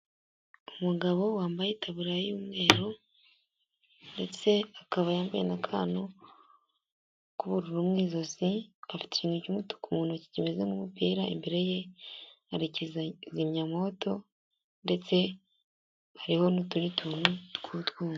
Umugabo wambaye itaburiya y'umweru ndetse akaba yambaye n'akantu k'ubururu mu ijosi, afite ikintu cy'umutuku mu ntoki kimeze nk'umupira imbere ye hari kizimyamoto ndetse hariho n'utundi tuntu tw'utwuma.